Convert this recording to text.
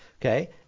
Okay